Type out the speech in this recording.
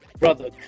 brother